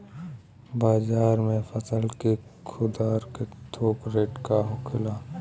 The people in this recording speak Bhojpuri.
बाजार में फसल के खुदरा और थोक रेट का होखेला?